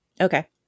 Okay